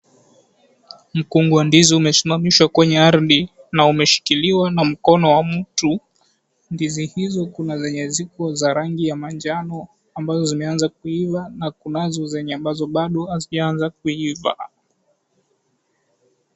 Mkungu wa ndizi umesimamishwa kwenye ardhi na umeshikiliwa na mkono wa mtu, ndizi hizo kuna zenye ziko na rangi ya manjano ambazo zimeanza kuiva na kunazo ambazo bado hazijaanza kuiva.